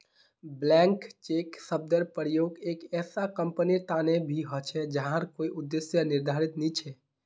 blank cheque शब्देर प्रयोग एक ऐसा कंपनीर तने भी ह छे जहार कोई उद्देश्य निर्धारित नी छ